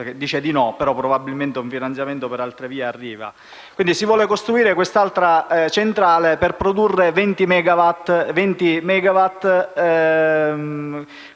dice di no, ma probabilmente un finanziamento per altre vie arriva. Ciò premesso, si vuole costruire un'altra centrale per produrre 20 megawatt,